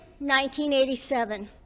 1987